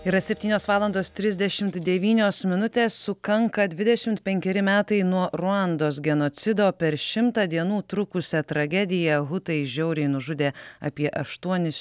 yra septynios valandos trisdešimt devynios minutės sukanka dvidešimt penkeri metai nuo ruandos genocido per šimtą dienų trukusią tragediją hutai žiauriai nužudė apie aštuonis